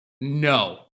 no